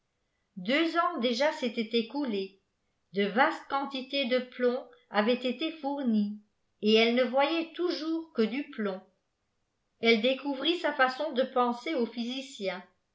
deux ans déjà s'étaient écoulés de vastes quantités de plomb avaient été fournies et elle ne voyait toujours que du plomb elle découvrit sa façon de penser au physicien